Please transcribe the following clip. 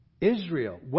Israel